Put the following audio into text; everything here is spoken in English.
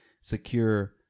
secure